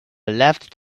left